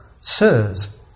sirs